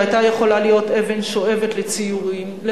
שהיתה יכולה להיות אבן שואבת לצעירים,